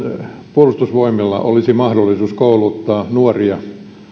puolustusvoimilla olisi mahdollisuus kouluttaa nuoria